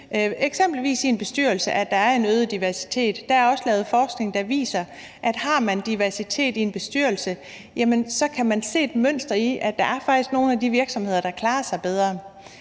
eksempelvis i en bestyrelse, at der er en øget diversitet. Der er også lavet forskning, der viser, at har man diversitet i en bestyrelse, kan man se et mønster i, at der faktisk er nogle af de virksomheder, der klarer sig bedre.